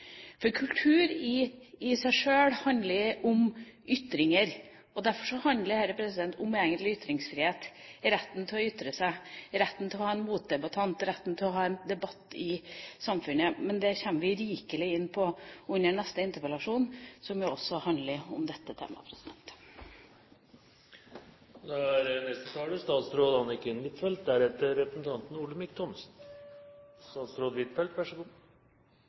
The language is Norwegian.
trengs. Kultur i seg sjøl handler om ytringer. Derfor handler dette egentlig om ytringsfrihet, retten til å ytre seg, retten til å ha en motdebattant, retten til å ha en debatt i samfunnet. Men det kommer vi rikelig inn på i neste sak, en interpellasjon som jo også handler om dette temaet.